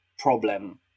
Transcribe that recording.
Problem